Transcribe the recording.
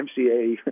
MCA